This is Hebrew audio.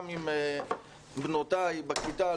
גם עם בנותיי בכיתה.